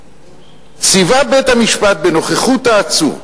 "ציווה בית המשפט, בנוכחות העצור,